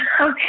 Okay